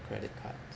credit cards